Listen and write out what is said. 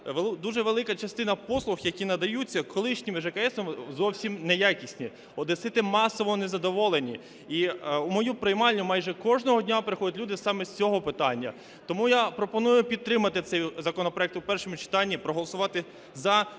дуже велика частина послуг, які надаються колишніми ЖКС, зовсім неякісні. Одесити масово незадоволені, і в мою приймальню майже кожного дня приходять люди саме з цього питання. Тому я пропоную підтримати цей законопроект в першому читанні, проголосувати